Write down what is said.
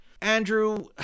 Andrew